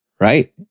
Right